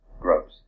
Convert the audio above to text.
Gross